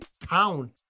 town